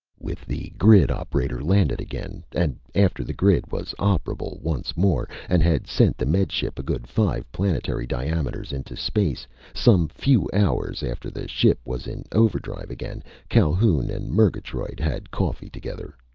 with the grid operator landed again, and after the grid was operable once more and had sent the med ship a good five planetary diameters into space some few hours after the ship was in overdrive again calhoun and murgatroyd had coffee together.